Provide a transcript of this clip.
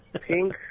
pink